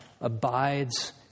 abides